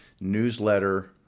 newsletter